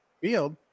field